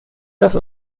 das